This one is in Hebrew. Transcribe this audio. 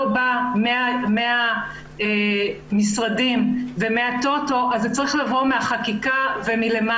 בא מהמשרדים ומהטוטו אז זה צריך לבוא מחקיקה ומלמעלה.